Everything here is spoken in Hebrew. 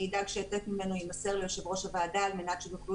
אני אדאג שהעתק ממנו יימסר ליושב ראש הוועדה על מנת שתוכלו